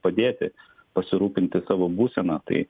padėti pasirūpinti savo būsena tai